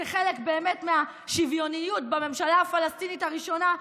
כחלק מהשוויוניות בממשלה הפלסטינית הראשונה,